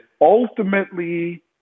ultimately